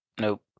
Nope